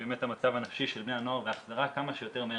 באמת המצב הנפשי של בני הנוער והחזרה כמה שיותר מהר